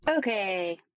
Okay